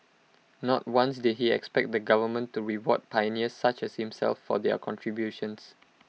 not once did he expect the government to reward pioneers such as himself for their contributions